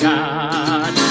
God